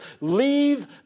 leave